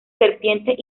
serpientes